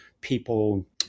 people